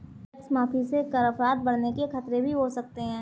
tax माफी से कर अपराध बढ़ने के खतरे भी हो सकते हैं